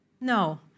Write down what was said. No